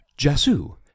Jasu